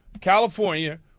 California